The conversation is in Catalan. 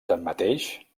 tanmateix